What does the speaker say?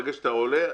ברגע שאתה עולה,